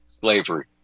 Slavery